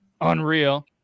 Unreal